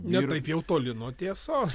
ne taip jau toli nuo tiesos